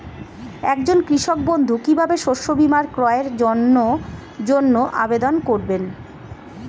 একজন কৃষক বন্ধু কিভাবে শস্য বীমার ক্রয়ের জন্যজন্য আবেদন করবে?